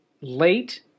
late